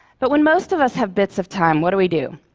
but when most of us have bits of time, what do we do?